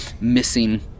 Missing